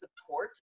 support